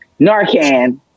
Narcan